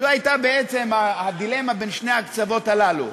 זאת הייתה בעצם הדילמה בין שני הקצוות הללו.